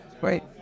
great